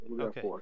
Okay